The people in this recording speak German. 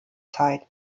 zeit